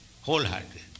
wholeheartedly